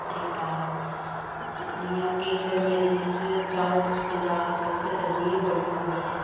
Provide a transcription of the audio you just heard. पत्तनीटाप सिरीनगर जि'यां कि गर्मियें दे दिनें च जाओ तुस पत्तनीटाप पंजाब जाओ ते गर्मी गै बड़ी होंदी ऐ